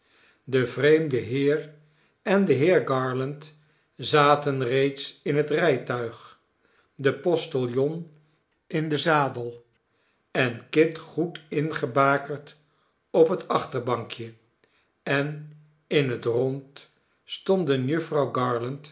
de vreemde heer en de heer garland zaten reeds in het rijtuig de postiljon in den zadel en kit goed ingebakerd op het achterbankje eninhetiond stonden jufvrouw